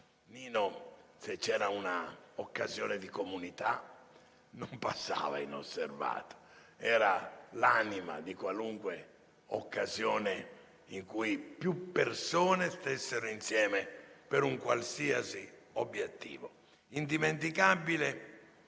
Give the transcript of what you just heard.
Nino, se c'era una occasione di comunità, non passava inosservato. Ea l'anima di qualunque occasione in cui più persone stessero insieme per un qualsiasi obiettivo. Indimenticabile